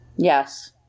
Yes